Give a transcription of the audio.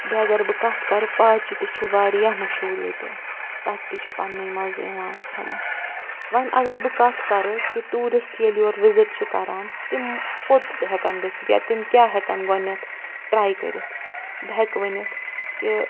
بیٚیہِ اگر بہٕ کَتھ کَرٕ پاچہِ تہِ چھِ وارِیاہ مشہوٗر ییٚتہِ تتھ تہِ چھُ پنٕنُے مَزٕ یِوان کھٮ۪نس وۅنۍ اگر بہٕ کَتھ کَرٕ کہِ ٹیٛوٗرسٹہٕ ییٚلہِ یور وِزِٹ چھِ کَران تِم کوٚت ہٮ۪کن گٔژھِتھ یا تِم کیٛاہ ہٮ۪کن گۄڈنٮ۪تھ ٹرٛے کٔرِتھ بہٕ ہٮ۪کہٕ ؤنِتھ کہِ